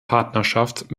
partnerschaft